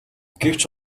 гэвч